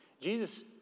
Jesus